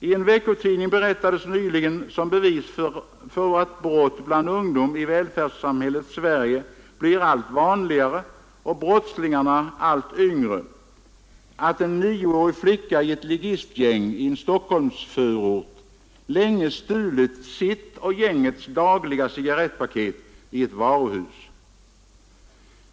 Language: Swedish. I en veckotidning berättades nyligen, som bevis för att brott bland ungdom i välfärdssamhällets Sverige blir allt vanligare och brottslingarna allt yngre, att en nioårig flicka i ett ligistgäng i en Stockholmsförort länge stulit sitt och gängets dagliga cigarrettpaket i ett varuhus.